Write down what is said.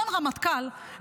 אדון רמטכ"ל,